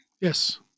Yes